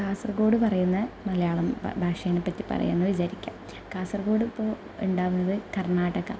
കാസർഗോഡ് പറയുന്നത് മലയാളം ഭാഷ തന്നെ പറ്റി പറയുകയാണെന്നു വിചാരിക്കുക കാസർഗോഡിപ്പോൾ ഉണ്ടാകുന്നത് കർണാടക